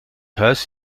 huis